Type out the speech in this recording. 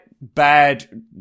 bad